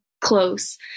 close